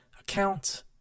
account